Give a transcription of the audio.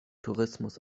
tourismus